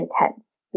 intense